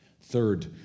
Third